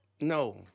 No